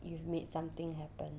you have made something happen